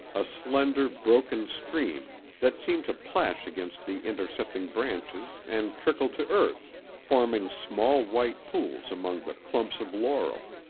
a slender, broken stream that seemed to plash against the intercepting branches and trickle to earth, forming small white pools among the clumps of laurel.